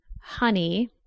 honey